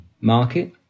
market